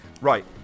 Right